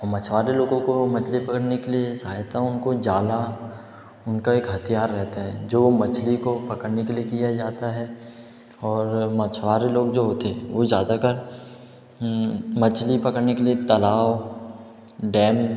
और मछुआरे लोगों को मछली पकड़ने के लिए सहायता उनको जाल उनका एक हथियार रहता है जो मछली को पकड़ने के लिए किया जाता है और मछुआरे लोग जो होते वो ज़्यादातर मछली पकड़ने के लिए तलाब डेम